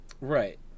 Right